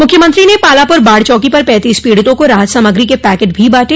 मुख्यमंत्री ने पाल्हापुर बाढ़ चौकी पर पैंतीस पीड़ितों को राहत सामग्री के पैकेट भी बांटे